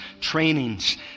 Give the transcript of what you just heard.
trainings